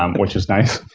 um which is nice,